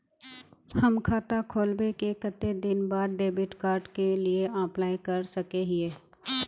हम खाता खोलबे के कते दिन बाद डेबिड कार्ड के लिए अप्लाई कर सके हिये?